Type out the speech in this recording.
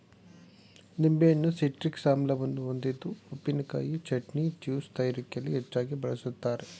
ನಿಂಬೆಹಣ್ಣು ಸಿಟ್ರಿಕ್ ಆಮ್ಲವನ್ನು ಹೊಂದಿದ್ದು ಉಪ್ಪಿನಕಾಯಿ, ಚಟ್ನಿ, ಜ್ಯೂಸ್ ತಯಾರಿಕೆಯಲ್ಲಿ ಹೆಚ್ಚಾಗಿ ಬಳ್ಸತ್ತರೆ